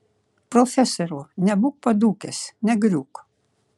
profesoriau nebūk padūkęs negriūk